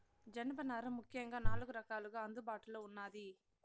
జనపనార ముఖ్యంగా నాలుగు రకాలుగా అందుబాటులో ఉన్నాది